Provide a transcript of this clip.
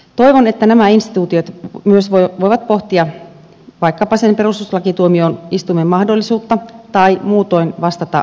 toivon että nämä instituutiot myös voivat pohtia vaikkapa sen perustuslakituomioistuimen mahdollisuutta tai muutoin vastata esiintyviin ongelmiin